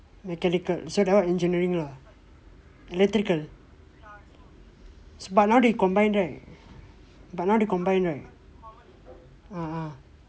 mechanical so that one engineering lah electrical but now they combine right but now they combine right ah ah